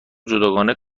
جداگانه